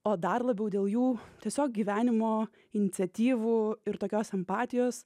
o dar labiau dėl jų tiesiog gyvenimo iniciatyvų ir tokios empatijos